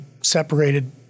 separated